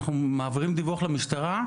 אנחנו מעבירים דיווח למשטרה,